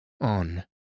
on